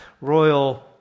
royal